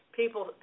people